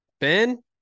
Ben